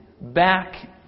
back